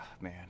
man